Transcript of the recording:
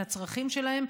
את הצרכים שלהן.